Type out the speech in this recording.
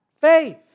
faith